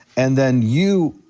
and then you,